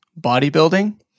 bodybuilding –